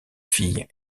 filles